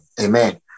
Amen